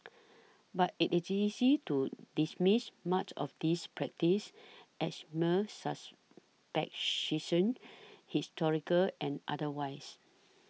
but it is easy to dismiss much of these practices as mere historical and otherwise